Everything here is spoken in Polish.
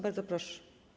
Bardzo proszę.